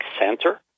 Center